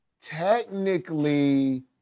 technically